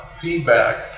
feedback